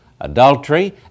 adultery